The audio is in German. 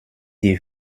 die